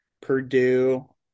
Purdue